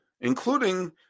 including